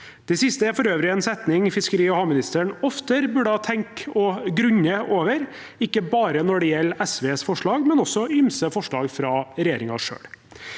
Det siste er for øvrig en setning fiskeri- og havministeren oftere burde ha tenkt og grunnet over, ikke bare når det gjelder SVs forslag, men også ymse forslag fra regjeringen selv.